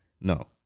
No